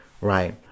right